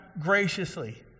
graciously